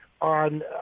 on